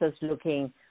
looking